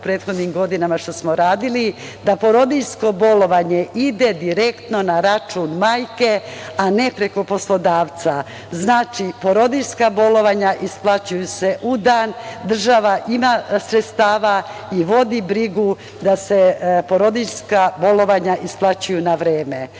u prethodnim godinama što smo radili, da porodiljsko bolovanje ide direktno na račun majke, a ne preko poslodavca. Znači, porodiljska bolovanja isplaćuju se u dan. Država ima sredstava i vodi brigu da se porodiljska bolovanja isplaćuju na vreme. Ono